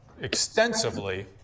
extensively